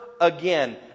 again